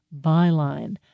Byline